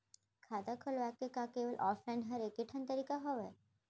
खाता खोलवाय के का केवल ऑफलाइन हर ऐकेठन तरीका हवय?